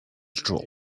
troll